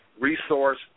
resource